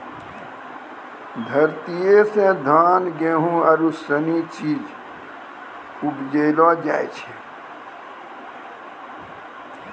धरतीये से धान, गेहूं आरु सनी चीज उपजैलो जाय छै